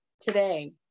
today